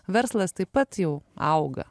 verslas taip pat jau auga